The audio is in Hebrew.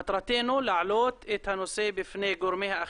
מטרתנו להעלות את הנושא בפני גורמי האכיפה,